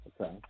Okay